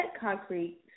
Concrete